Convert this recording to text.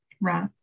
right